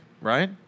right